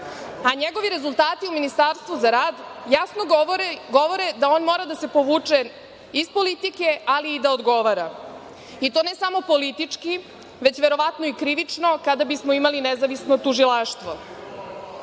a njegovi rezultati u Ministarstvu za rad jasno govore da on mora da se povuče iz politike, ali i da odgovara, i to ne samo politički, već verovatno i krivično kada bismo imali nezavisno tužilaštvo. Podsetiću